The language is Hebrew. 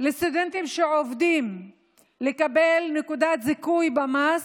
לסטודנטים שעובדים לקבל נקודת זיכוי במס,